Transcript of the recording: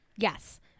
Yes